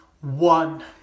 one